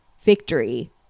Victory